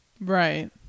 Right